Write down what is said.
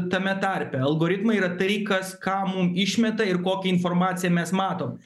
tame tarpe algoritmai yra tai kas ką mum išmeta ir kokią informaciją mes matom